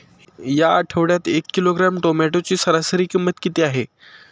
या आठवड्यात एक किलोग्रॅम टोमॅटोची सरासरी किंमत किती आहे?